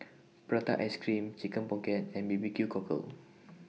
Prata Ice Cream Chicken Pocket and B B Q Cockle